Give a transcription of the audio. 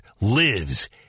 lives